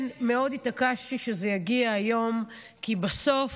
כן, מאוד התעקשתי שזה יגיע היום, כי בסוף